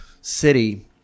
city